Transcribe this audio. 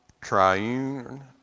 triune